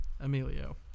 Emilio